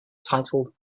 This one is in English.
titled